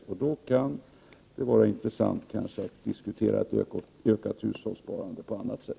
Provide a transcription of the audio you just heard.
Då kan det kanske vara intressant att diskutera ett ökat hushållssparande på annat sätt.